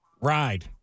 Ride